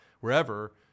wherever